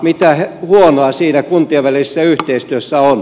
mitä huonoa siinä kuntien välisessä yhteistyössä on